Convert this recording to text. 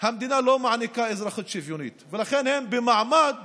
המדינה לא מעניקה אזרחות שוויונית, ולכן הם במעמד